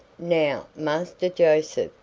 now, master joseph,